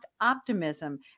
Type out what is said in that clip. optimism